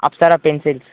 Apsara pencils